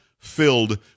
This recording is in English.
filled